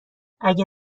اگه